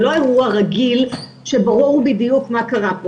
זה לא אירוע רגיל שברור בדיוק מה קרה.